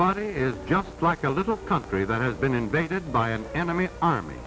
body is just like a little country that has been invaded by an enemy army